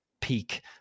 peak